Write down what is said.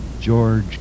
George